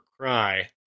cry